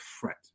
threat